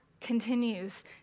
continues